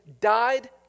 died